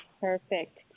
Perfect